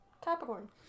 Capricorn